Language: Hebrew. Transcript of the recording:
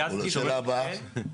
שאלה הבאה.